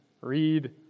Read